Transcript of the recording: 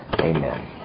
Amen